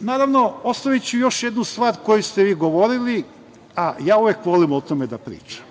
Naravno, ostaviću još jednu stvar o kojoj ste vi govorili, a uvek volim o tome da pričam.